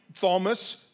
Thomas